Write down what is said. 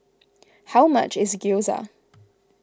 how much is Gyoza